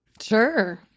Sure